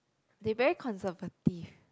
they very conservative